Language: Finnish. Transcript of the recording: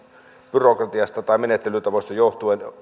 byrokratiasta tai menettelytavoista johtuen